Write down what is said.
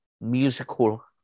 Musical